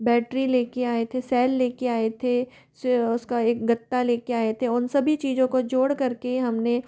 battery लेकर आए थे सैल लेकर आए थे सो उसका एक गत्ता लेकर आए थे उन सभी चीजों का जोड़ करके हमने